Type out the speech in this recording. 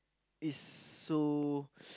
is so